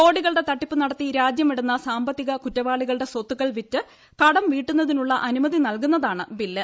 കോടികളുടെ തട്ടിപ്പ് നടത്തി രാജ്യം വിടുന്ന സാമ്പത്തിക കുറ്റവാളികളുടെ സ്വത്തുക്കൾ വിറ്റ് കടം വീട്ടുന്നതിനുള്ള അനുമതി നല്കുന്നതാണ് ബില്ല്